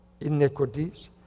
iniquities